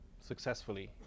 successfully